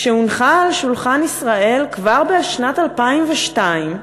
שהונחה על שולחן ישראל, כבר בשנת 2002,